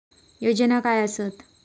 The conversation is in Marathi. योजना काय आसत?